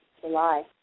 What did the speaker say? July